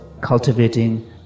cultivating